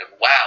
wow